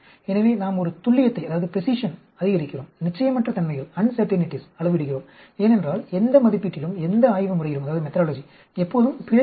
எனவே நாம் ஒரு துல்லியத்தை அதிகரிக்கிறோம் நிச்சயமற்ற தன்மைகளை அளவிடுகிறோம் ஏனென்றால் எந்த மதிப்பீட்டிலும் எந்த ஆய்வு முறையிலும் எப்போதும் பிழை இருக்கும்